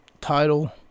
title